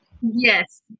Yes